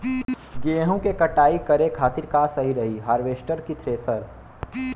गेहूँ के कटाई करे खातिर का सही रही हार्वेस्टर की थ्रेशर?